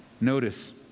Notice